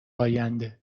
آینده